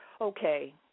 Okay